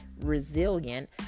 resilient